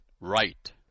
right